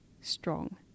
strong